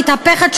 המתהפכת,